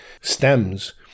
stems